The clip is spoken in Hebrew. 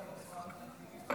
מס'